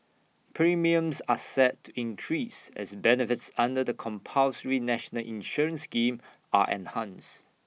premiums are set to increase as benefits under the compulsory national insurance scheme are enhanced